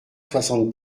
soixante